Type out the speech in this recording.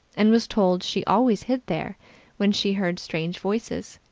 and was told she always hid there when she heard strange voices.